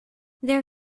their